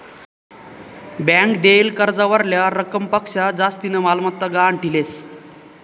bank देयेल कर्जावरल्या रकमपक्शा जास्तीनी मालमत्ता गहाण ठीलेस